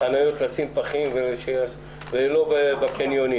קבענו לרש"ת עבירות מינהליות ואחת מהן הייתה הנושא של אי הגשת